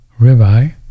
Ribeye